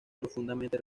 profundamente